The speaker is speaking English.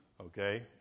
okay